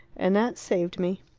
and that saved me.